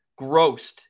grossed